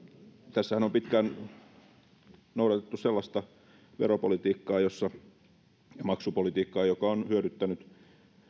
tässähän on pitkään noudatettu sellaista vero ja maksupolitiikkaa joka on hyödyttänyt